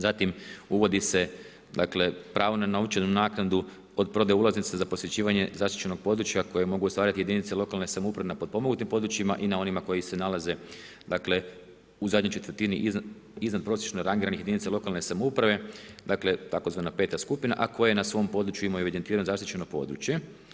Zatim, uvodi se pravo na novčanu naknadu od prodaje ulaznica za posjećivanje zaštićenog područja koje mogu ostvariti jedinice lokalne samouprave za potpomognutim područjima i na onima koji se nalaze u zadnjoj četvrtini iznadprosječno rangiranih jedinica lokalne samouprave, dakle tzv. 5. skupina, a koja na svom području imaju evidentiraju zaštićeno područje.